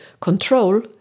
control